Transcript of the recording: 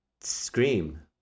Scream